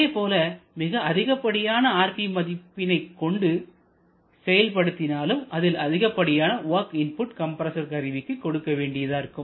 அதேபோல மிக அதிகப்படியான rp மதிப்பினைக் கொண்டு செயல் படுத்தினாலும் அதில் அதிகப்படியான வொர்க் இன்புட் கம்பரசர் கருவிக்கு கொடுக்க வேண்டியதிருக்கும்